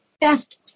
best